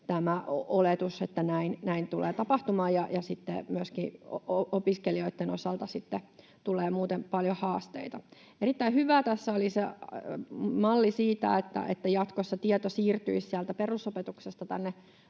tämä oletus, että näin tulee tapahtumaan, ja sitten myöskin opiskelijoitten osalta tulee muuten paljon haasteita. Erittäin hyvää tässä on se malli siitä, että jatkossa tieto siirtyisi sieltä perusopetuksesta tänne